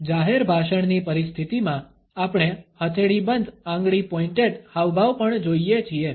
જાહેર ભાષણની પરિસ્થિતિમાં આપણે હથેળી બંધ આંગળી પોઇન્ટેડ હાવભાવ પણ જોઈએ છીએ